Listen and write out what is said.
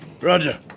Roger